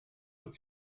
ist